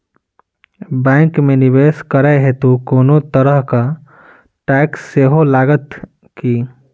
Bank मे निवेश करै हेतु कोनो तरहक टैक्स सेहो लागत की?